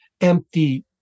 empty